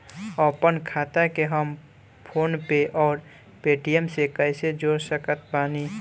आपनखाता के हम फोनपे आउर पेटीएम से कैसे जोड़ सकत बानी?